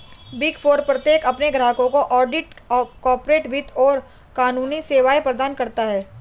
big four प्रत्येक अपने ग्राहकों को ऑडिट, कॉर्पोरेट वित्त और कानूनी सेवाएं प्रदान करता है